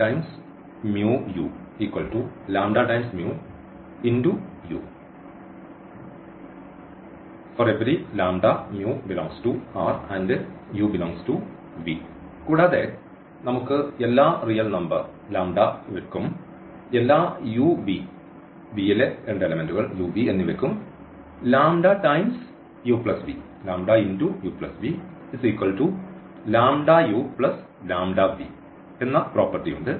കൂടാതെ നമുക്ക് എല്ലാ റിയൽ നമ്പർ ക്കും എല്ലാ u v ∈ V എന്നിവയ്ക്കും എന്ന പ്രോപ്പർട്ടി ഉണ്ട്